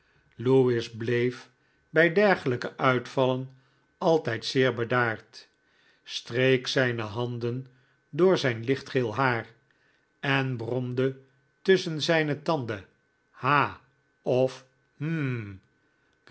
lewis bleef bij derglijke uitvallen altijd'zeer bedaard streek zyne handen door zijn lichtgeel haar en bromde tusschen zijne tanden ha of hm